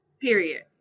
Period